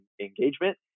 engagement